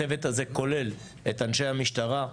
הצוות הזה כולל את אנשי המשטרה,